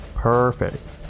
Perfect